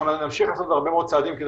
ונמשיך לעשות עוד הרבה מאוד צעדים כדי